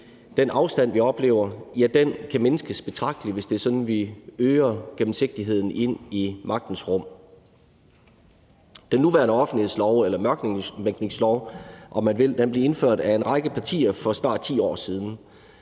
den afstand, vi oplever, kan mindskes betragteligt, hvis det er sådan, vi øger gennemsigtigheden ind i magtens rum. Den nuværende offentlighedslov eller mørklægningslov, om man vil, blev indført af en række partier for snart 10 år siden.